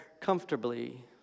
comfortably